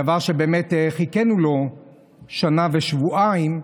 דבר שבאמת חיכינו לו שנה ושבועיים.